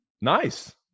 Nice